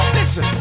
Listen